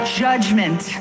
judgment